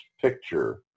picture